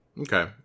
Okay